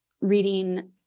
reading